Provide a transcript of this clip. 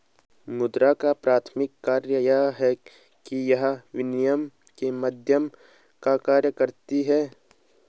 मुद्रा का प्राथमिक कार्य यह है कि यह विनिमय के माध्यम का कार्य करती है